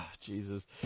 Jesus